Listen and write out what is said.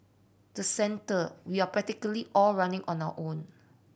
the centre we are practically all running on our own